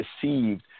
deceived